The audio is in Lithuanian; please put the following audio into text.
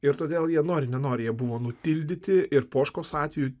ir todėl jie nori nenori buvo nutildyti ir poškos atveju